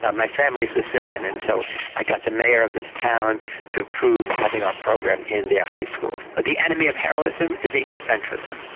um my family's sicilian and so i got the mayor of this town to approve having our program in their high schools. but the enemy of heroism is egocentrism.